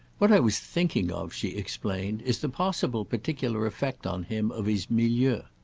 what i was thinking of, she explained, is the possible particular effect on him of his milieu.